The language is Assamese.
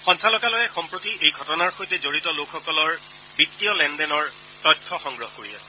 সঞালকালয়ে সম্প্ৰতি এই ঘটনাৰ সৈতে জড়িত লোকসকলৰ বিত্তীয় লেনদেনৰ তথ্য সংগ্ৰহ কৰি আছে